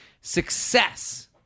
success